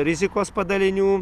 rizikos padalinių